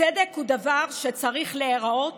צדק הוא דבר שצריך להיראות